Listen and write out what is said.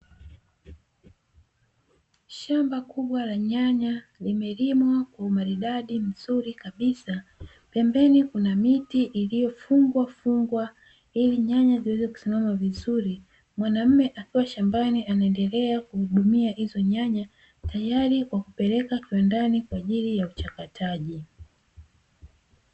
Shamba kubwa la nyanya limelimwa kwa umaridadi mzuri kabisa, pembeni kuna miti iliyofungwafungwa ili nyanya ziweze kusimama vizuri. Mwanaume akiwa shambani anaendelea kuhudumia hizo nyanya, tayari kwa kupeleka kiwandani kwa ajili ya uchakataji.